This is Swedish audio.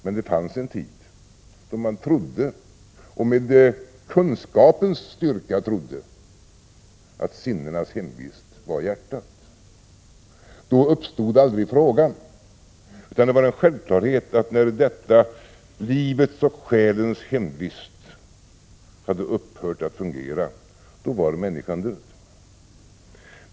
Men det fanns en tid då man trodde — med kunskapens styrka — att sinnenas hemvist var hjärtat. Då uppstod aldrig frågan, utan då var det en självklarhet att när detta livets och själens hemvist hade upphört att fungera, då var människan död.